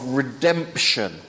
redemption